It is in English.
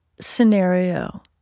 scenario